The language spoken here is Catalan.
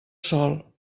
sol